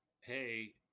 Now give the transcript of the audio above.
hey